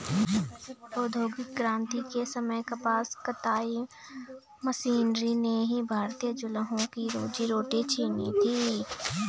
औद्योगिक क्रांति के समय कपास कताई मशीनरी ने ही भारतीय जुलाहों की रोजी रोटी छिनी थी